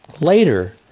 Later